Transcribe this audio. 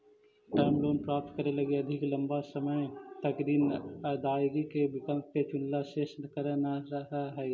term loan प्राप्त करे लगी अधिक लंबा समय तक ऋण अदायगी के विकल्प के चुनेला शेष कर न रहऽ हई